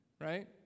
right